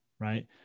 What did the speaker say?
right